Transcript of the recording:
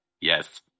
Yes